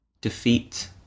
defeat